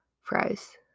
fries